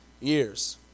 years